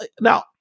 Now